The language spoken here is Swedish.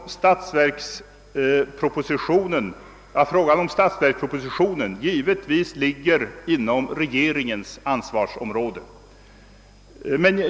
Men på denna propå svarade vi ju att frågor beträffande statsverkspropositionen givetvis ligger inom regeringens ansvarsområde.